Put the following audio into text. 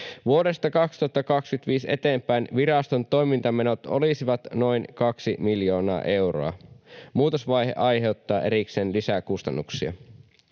Vuodesta 2025 eteenpäin viraston toimintamenot olisivat noin kaksi miljoonaa euroa. Muutosvaihe aiheuttaa erikseen lisäkustannuksia.